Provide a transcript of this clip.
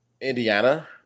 Indiana